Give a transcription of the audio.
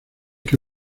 que